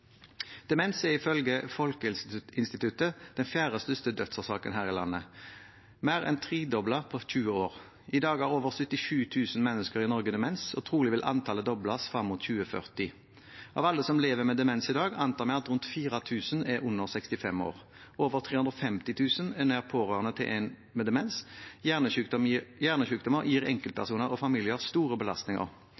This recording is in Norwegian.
Demens er ifølge Folkehelseinstituttet den fjerde største dødsårsaken her i landet, mer enn tredoblet på 20 år. I dag har over 77 000 mennesker i Norge demens, og trolig vil antallet dobles frem mot 2040. Av alle som lever med demens i dag, antar vi at rundt 4 000 er under 65 år. Over 350 000 er nær pårørende til en med demens. Hjernesykdommer gir